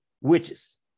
witches